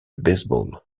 baseball